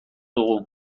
dugu